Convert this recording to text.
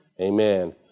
Amen